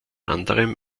anderem